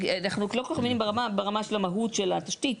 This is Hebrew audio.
אנחנו לא כל כך מבינים ברמה של המהות של התשתית,